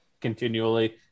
continually